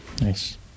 Nice